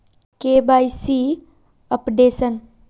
KYC updation?